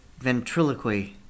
ventriloquy